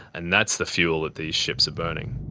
and that's the fuel that these ships are burning.